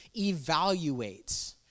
evaluates